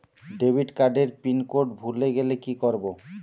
Debit card এর pin code ভুলে গেলে কি করব?